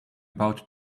about